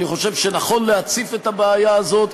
אני חושב שנכון להציף את הבעיה הזאת,